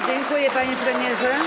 Dziękuję, panie premierze.